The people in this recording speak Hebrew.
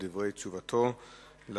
בדברי תשובתו לדוברים.